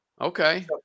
Okay